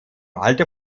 alter